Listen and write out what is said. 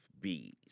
bees